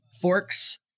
Forks